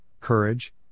Courage